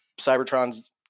Cybertron's